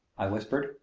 i whispered,